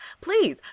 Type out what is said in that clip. Please